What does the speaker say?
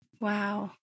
Wow